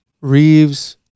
Reeves